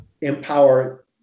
empower